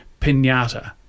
pinata